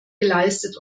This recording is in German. geleistet